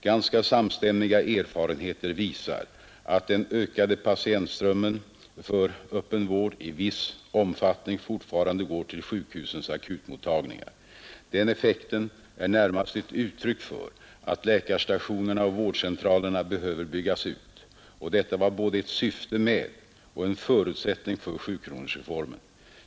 Ganska samstämmiga erfarenheter visar att den ökade patientströmmen för öppen vård i viss omfattning fortfarande gar till sjukhusens akutmottagningar. Den effekten är närmast ett uttryck för att läkarstationerna och vardcentralerna behöver byggas ut — och detta var både ett syfte med och en förutsättning för sjukronorsreformen.